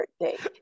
birthday